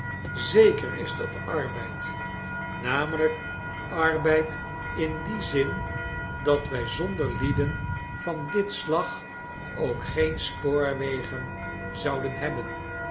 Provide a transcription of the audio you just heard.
zeker is dat arbeid namelijk arbeid in dien zin dat wij zonder lieden van dit slag ook geen spoorwegen zouden hebben